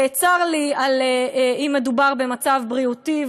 וצר לי אם מדובר במצב בריאותי,